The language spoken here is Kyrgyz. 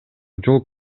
жол